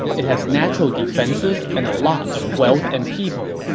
it has natural defenses and a lot of wealth and people.